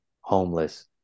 homeless